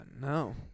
no